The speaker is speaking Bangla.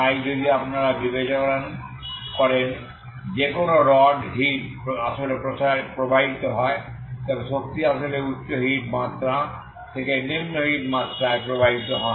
তাই যদি আপনি বিবেচনা করেন যে কোন রড হিট আসলে প্রবাহিত হয় তবে শক্তি আসলে উচ্চ হিট মাত্রা থেকে নিম্ন হিট মাত্রায় প্রবাহিত হয়